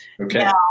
Okay